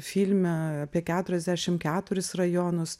filme apie keturiasdešim keturis rajonus